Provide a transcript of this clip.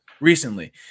recently